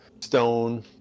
stone